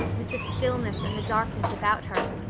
with the stillness and the darkness about her,